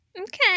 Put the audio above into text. okay